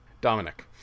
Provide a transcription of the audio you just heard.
Dominic